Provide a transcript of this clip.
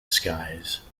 skies